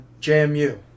JMU